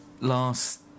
last